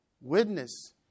witness